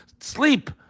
sleep